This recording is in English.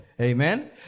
Amen